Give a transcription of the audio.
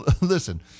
listen –